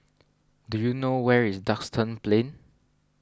do you know where is Duxton Plain